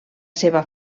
seva